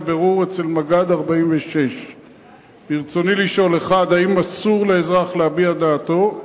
לבירור אצל מג"ד 46. ברצוני לשאול: 1. האם אסור לאזרח להביע דעתו?